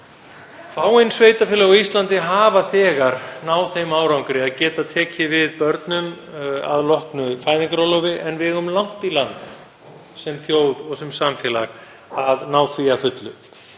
Fáein sveitarfélög á Íslandi hafa þegar náð þeim árangri að geta tekið við börnunum að loknu fæðingarorlofi en við eigum langt í land sem þjóð og sem samfélag að ná því að fullu.